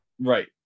Right